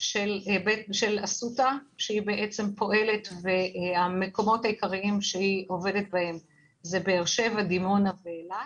של אסותא שפועלת בעיקר בבאר שבע, דימונה ואילת,